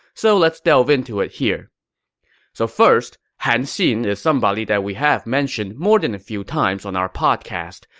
so let's delve into it here so first, han xin is somebody that we have mentioned more than a few times on our podcast.